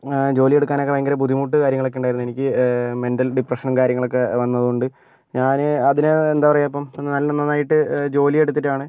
ജോലിയെടുക്കാനൊക്കെ ഭയങ്കര ബുദ്ധിമുട്ട് കാര്യങ്ങളൊക്കെ ഉണ്ടായിരുന്നു എനിക്ക് മെൻ്റൽ ഡിപ്രഷനും കാര്യങ്ങളൊക്കെ വന്നത് കൊണ്ട് ഞാൻ അതിന് എന്താ പറയുക ഇപ്പം ഞാൻ നന്നായിട്ട് ജോലിയെടുത്തിട്ടാണ്